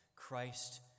Christ